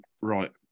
Right